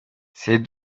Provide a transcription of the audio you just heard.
ces